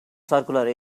circular